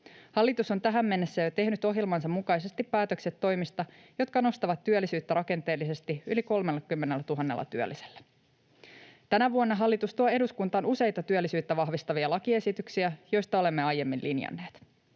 Hallitus on jo tähän mennessä tehnyt ohjelmansa mukaisesti päätökset toimista, jotka nostavat työllisyyttä rakenteellisesti yli 30 000 työllisellä. Tänä vuonna hallitus tuo eduskuntaan useita työllisyyttä vahvistavia lakiesityksiä, joista olemme aiemmin linjanneet.